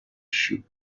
shoot